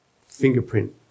fingerprint